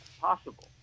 possible